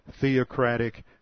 theocratic